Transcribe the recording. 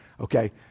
okay